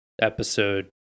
episode